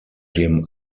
dem